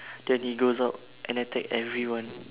then he goes out and attack everyone